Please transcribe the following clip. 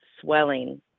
swelling